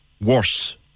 worse